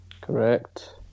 Correct